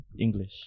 English